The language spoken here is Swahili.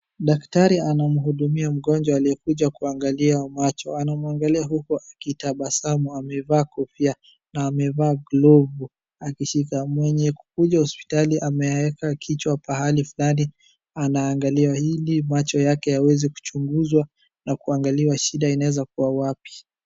Daktari anamhudumja mgonjwa aliyekuja kuangaliwa macho. Anamwangalia huku akitabasamu amevaa kofia, na amevaa glavu akishika. mweye kukuja hosipitali ameweka kichwa pahali fulani anangaliwa ili macho yake yaweze kuchunguzwa na kuangaliwa shida inaweza kuwa wapi.